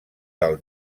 del